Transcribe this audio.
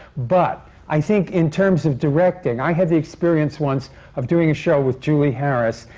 but i think, in terms of directing, i had the experience once of doing a show with julie harris,